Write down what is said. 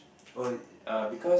oh err